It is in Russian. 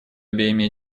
обеими